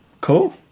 Cool